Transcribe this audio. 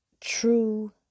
true